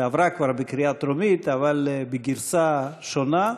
שעברה כבר בקריאה טרומית, אבל בגרסה שונה.